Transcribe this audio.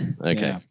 okay